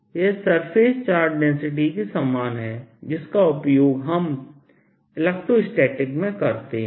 यह surface charge density के समान है जिसका उपयोग हम इलेक्ट्रोस्टैटिक्स में करते हैं